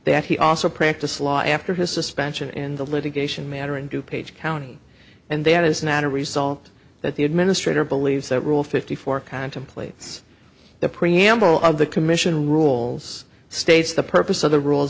that he also practiced law after his suspension in the litigation matter and du page county and they had as a matter resolved that the administrator believes that rule fifty four contemplates the preamble of the commission rules states the purpose of the rules